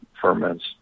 ferments